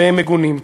והם מגונים.